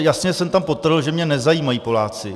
Jasně jsem tam podtrhl, že mě nezajímají Poláci.